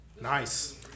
Nice